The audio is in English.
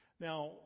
Now